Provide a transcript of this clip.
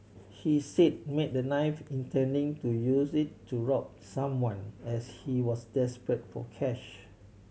he said made the knife intending to use it to rob someone as he was desperate for cash